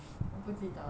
我不记得了